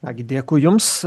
ką gi dėkui jums